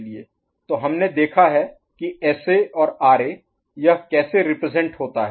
तो हमने देखा है कि एसए और आरए यह कैसे रिप्रजेंट होता है